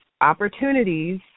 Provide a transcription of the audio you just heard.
opportunities